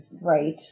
right